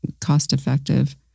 cost-effective